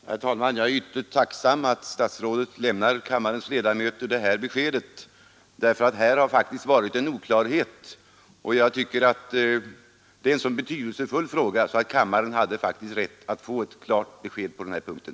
Herr talman! Jag är ytterst tacksam för att statsrådet lämnat kammarens ledamöter detta besked, eftersom det har rått oklarhet om denna sak. Jag tycker att det är en så betydelsefull fråga att kammaren faktiskt hade rätt att få ett klart besked på den punkten.